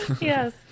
yes